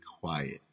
quiet